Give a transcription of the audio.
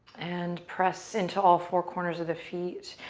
and press into all four corners of the feet.